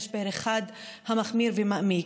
משבר אחד המחמיר ומעמיק.